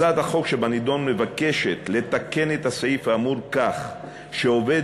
הצעת החוק שבנדון מבקשת לתקן את הסעיף האמור כך שעובד